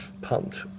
Pumped